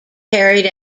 carried